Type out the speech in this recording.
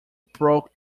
broke